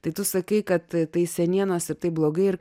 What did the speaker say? tai tu sakai kad tai senienos ir tai blogai ir